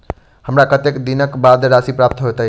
हमरा कत्तेक दिनक बाद राशि प्राप्त होइत?